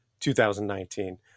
2019